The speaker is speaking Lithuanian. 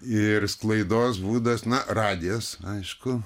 ir sklaidos būdas na radijas aišku